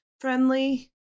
friendly